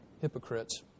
hypocrites